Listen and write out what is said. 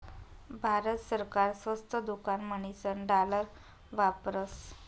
भारत सरकार स्वस्त दुकान म्हणीसन डालर वापरस